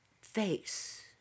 face